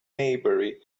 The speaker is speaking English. maybury